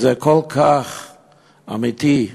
זה כל כך אמיתי.